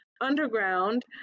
underground